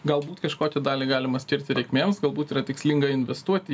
galbūt kažkokią dalį galima skirti reikmėms galbūt yra tikslinga investuoti